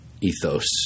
ethos